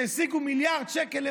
שהשיגו מיליארד שקל.